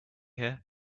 here